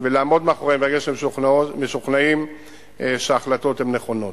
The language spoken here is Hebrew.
ולעמוד מאחוריהן, ברגע שמשוכנעים שההחלטות נכונות.